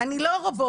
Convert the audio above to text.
אני לא רובוט,